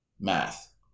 math